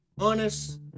honest